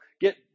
get